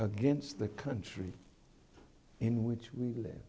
against the country in which we live